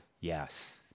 Yes